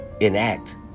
enact